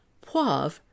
Poivre